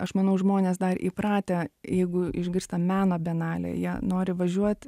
aš manau žmonės dar įpratę jeigu išgirsta meno bienalė jie nori važiuoti